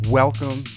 welcome